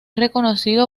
reconocido